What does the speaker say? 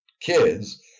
kids